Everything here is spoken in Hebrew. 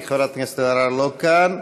כי חברת הכנסת אלהרר לא כאן.